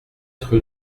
rue